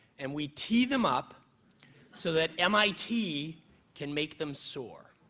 and we tee them up so that mit can make them soar.